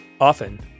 often